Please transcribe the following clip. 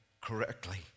correctly